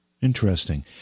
Interesting